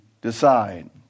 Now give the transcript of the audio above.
decide